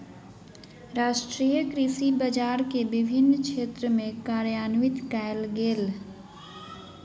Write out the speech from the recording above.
राष्ट्रीय कृषि बजार के विभिन्न क्षेत्र में कार्यान्वित कयल गेल